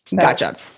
Gotcha